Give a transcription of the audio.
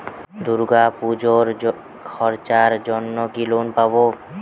দূর্গাপুজোর খরচার জন্য কি লোন পাব?